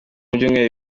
byumweru